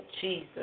Jesus